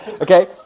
Okay